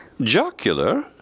Jocular